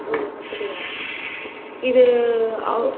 ஓ அப்படியா சா இது அவ்